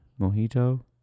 Mojito